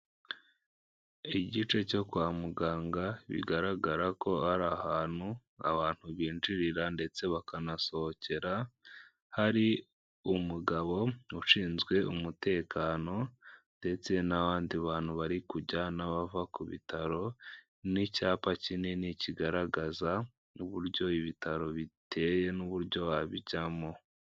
Igice cyo kwa muganga, bigaragara ko ari ahantu abantu binjirira ndetse bakanasohokera, hari umugabo ushinzwe umutekano ndetse n'abandi bantu bari kujyana bava ku bitaro, n'icyapa kinini kigaragaza n'uburyo ibitaro biteye n'uburyo babijyamo.